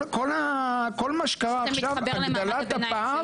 כל מה שקרה עכשיו הגדלת הפער,